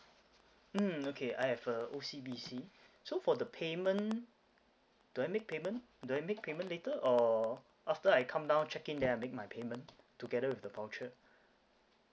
mm okay I have a O_C_B_C so for the payment do I make payment do I make payment later or after I come down check in then I make my payment together with the voucher